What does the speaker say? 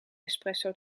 espresso